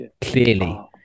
clearly